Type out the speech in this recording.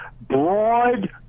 broad